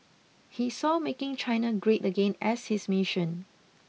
he saw making China great again as his mission